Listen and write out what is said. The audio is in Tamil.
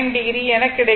9o என கிடைக்கும்